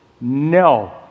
No